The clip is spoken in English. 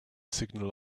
signal